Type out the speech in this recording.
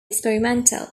experimental